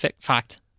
fact